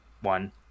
one